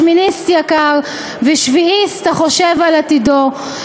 שמיניסט יקר ושביעיסט החושב על עתידו,